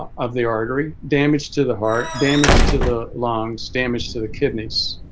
of the artery damage to the heart damage to the lungs damage to the kidneys